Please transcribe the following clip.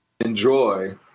enjoy